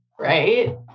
right